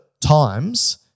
times